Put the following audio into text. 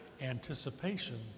anticipation